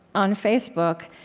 on facebook,